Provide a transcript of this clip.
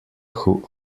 who